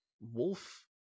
Wolf